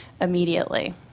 immediately